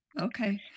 Okay